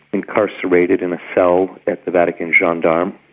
incarcerated in a cell at the vatican gendarme.